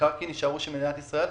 הם יישארו של מדינת ישראל,